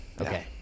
Okay